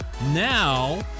Now